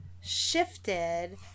shifted